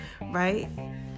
right